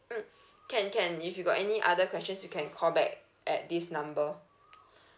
mm can can if you got any other questions you can call back at this number